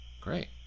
Great